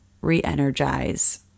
re-energize